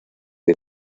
que